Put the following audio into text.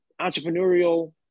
entrepreneurial